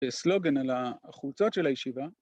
סלוגן על החולצות של הישיבה.